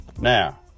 Now